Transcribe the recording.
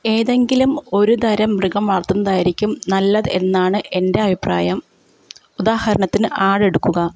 ഏതെങ്കിലും ഒരുതരം മൃഗം വളർത്തുന്നത് ആയിരിക്കും നല്ലത് എന്നാണ് എൻ്റെ അഭിപ്രായം ഉദാഹരണത്തിന് ആടെടുക്കുക